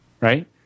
right